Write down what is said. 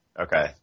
Okay